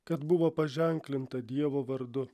kad buvo paženklinta dievo vardu